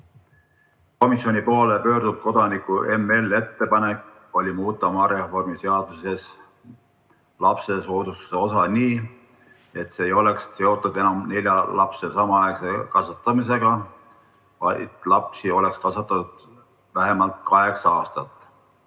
Komisjoni poole pöördunud kodaniku M. L. ettepanek oli muuta maareformi seaduses lapsesoodustuse osa nii, et see ei oleks seotud enam nelja lapse samaaegse kasvatamisega, vaid lapsi oleks kasvatatud vähemalt kaheksa aastat.